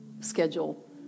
schedule